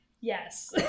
Yes